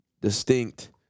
distinct